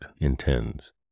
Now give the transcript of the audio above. intends